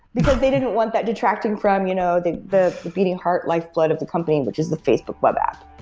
because they didn't want that detracting from you know the the beating heart, lifeblood of the company, which is the facebook web app.